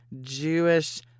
Jewish